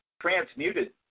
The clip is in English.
transmuted